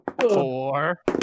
Four